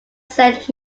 sent